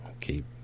Keep